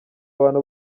abantu